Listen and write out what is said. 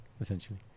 essentially